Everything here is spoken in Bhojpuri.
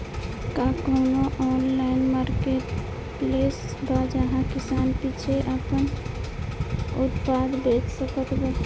का कउनों ऑनलाइन मार्केटप्लेस बा जहां किसान सीधे आपन उत्पाद बेच सकत बा?